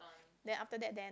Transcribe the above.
then after that then